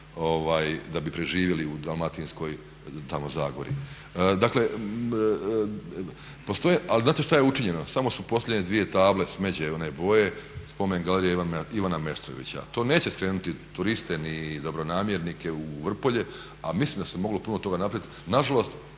da bi preživjeli u Dalmatinskoj zagori. Dakle postoje, ali znate šta je učinjeno, samo su posljednje dvije table smeđe one boje spomen galerija Ivana Meštrovića. To neće skrenuti turiste ni dobronamjernike u Vrpolje a mislim da se moglo puno toga napraviti,